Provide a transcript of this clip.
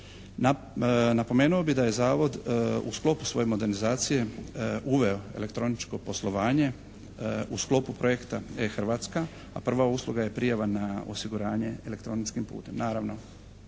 Napomenuo bih da je Zavod u sklopu svoje modernizacije uveo elektroničko poslovanje, u sklopu projekta «E Hrvatska», a prva usluga je prijava na osiguranje elektroničkim putem.